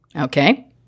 Okay